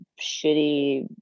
shitty